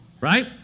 Right